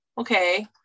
okay